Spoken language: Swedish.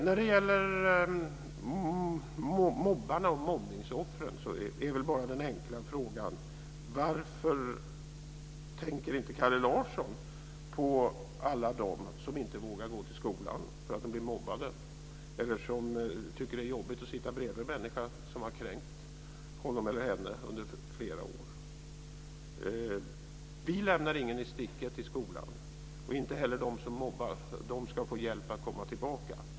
När det gäller mobbarna och mobbningsoffren är min enkla fråga: Varför tänker inte Kalle Larsson på alla som inte vågar gå till skolan för att de blir mobbade, eller som tycker att det är jobbigt att sitta bredvid en människa som har kränkt honom eller henne under flera år? Vi lämnar ingen i sticket i skolan, inte heller dem som mobbar. De ska få hjälp att komma tillbaka.